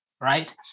Right